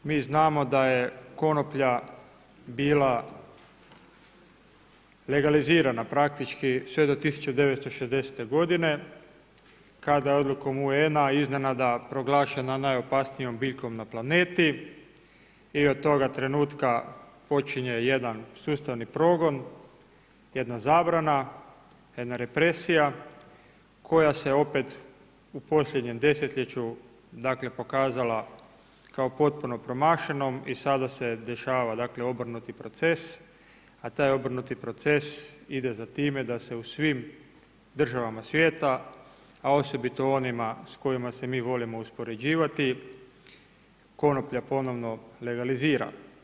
Mi znamo da je konoplja bila legalizirana praktički sve do 1960. godine kada je odlukom UN-a iznenada proglašena najopasnijom biljkom na planeti i od toga trenutka počinje jedan sustavni progon, jedna zabrana, jedna represija koja se opet u posljednjem desetljeću pokazala kao potpuno promašenom i sada se dešava obrnuti proces, a taj obrnuti proces ide za time da se u svim državama svijeta, a osobito u onima s kojima se mi volimo uspoređivati konoplja ponovo legalizira.